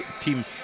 team